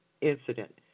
incident